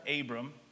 Abram